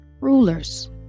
rulers